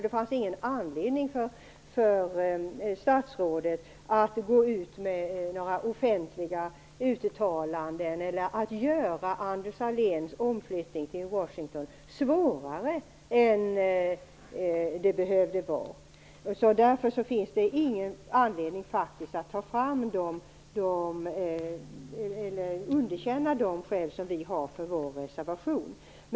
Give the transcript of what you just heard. Det fanns ingen anledning för statsrådet att gå ut med några offentliga uttalanden eller att göra Anders Sahléns omflyttning till Washington svårare än den behövde vara. Därför finns det faktiskt ingen anledning att underkänna de skäl som vi har för vår reservation.